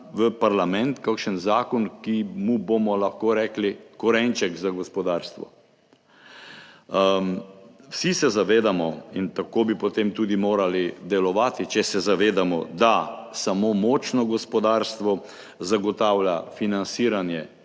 v parlament kakšen zakon, ki mu bomo lahko rekli korenček za gospodarstvo. Vsi se zavedamo in tako bi potem tudi morali delovati, če se zavedamo, da samo močno gospodarstvo zagotavlja financiranje,